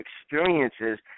experiences